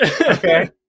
Okay